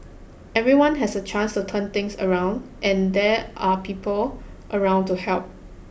everyone has a chance to turn things around and there are people around to help